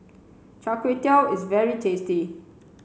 Char Kway Teow is very tasty